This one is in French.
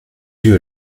yeux